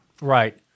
right